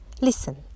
Listen